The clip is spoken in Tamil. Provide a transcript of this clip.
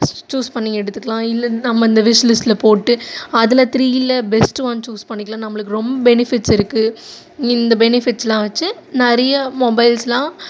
சூ சூஸ் பண்ணி எடுத்துக்கலாம் இல்லை நம்ம இந்த விஷ் லிஸ்ட்டில் போட்டு அதில் த்ரீயில் பெஸ்ட் ஒன் சூஸ் பண்ணிக்கலாம் நம்மளுக்கு ரொம்ப பெனிஃபிட்ஸ் இருக்குது இந்த பெனிஃபிட்ஸெல்லாம் வச்சு நிறையா மொபைல்ஸெல்லாம்